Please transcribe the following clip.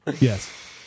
yes